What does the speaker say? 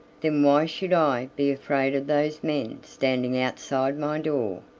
then why should i be afraid of those men standing outside my door?